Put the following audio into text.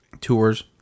tours